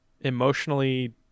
emotionally